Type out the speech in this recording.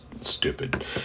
Stupid